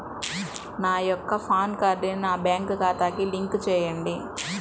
నా యొక్క పాన్ కార్డ్ని నా బ్యాంక్ ఖాతాకి లింక్ చెయ్యండి?